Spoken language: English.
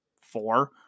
four